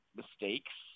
mistakes